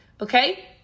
okay